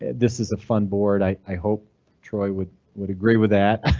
this is a fun board. i hope troy would would agree with that.